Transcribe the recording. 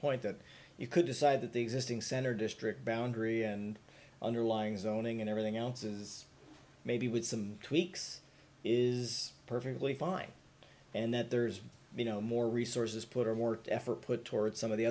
point that you could decide that the existing center district boundary and underlying zoning and everything else is maybe with some tweaks is perfectly fine and that there's been no more resources put or worked effort put towards some of the